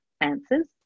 answers